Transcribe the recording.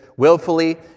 willfully